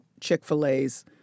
Chick-fil-A's